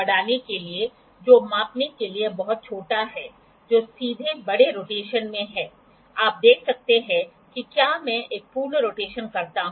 workpiece के एंगलों को यदि क्वाड्रेंट 2 और क्वाड्रेंट 4 में मापा जा रहा है तो यदि आप देखते हैं कि क्वाड्रंट 1 2 3 और 4 हैं तो ठीक है ये चार क्वाड्रंटस हैं